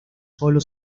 sólo